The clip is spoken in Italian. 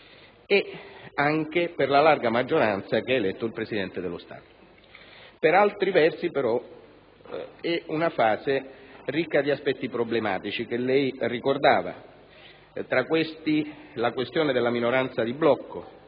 nonché per la larga maggioranza che ha eletto il Presidente dello Stato. Per altri versi, però, è una fase ricca di aspetti problematici, come lei ricordava: tra questi, la questione della minoranza di blocco